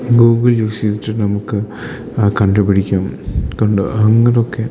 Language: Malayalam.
ഗൂഗിൾ യൂസ് ചെയ്തിട്ട് നമുക്ക് കണ്ടു പിടിക്കാം കണ്ടോ അങ്ങനൊക്കെ